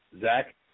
Zach